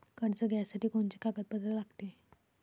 कर्ज घ्यासाठी कोनचे कागदपत्र लागते?